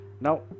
Now